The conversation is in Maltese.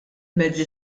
mezzi